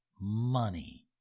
money